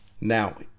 Now